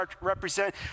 represent